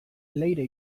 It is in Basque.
leire